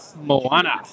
Moana